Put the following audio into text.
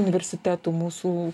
universitetų mūsų